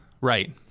right